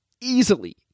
easily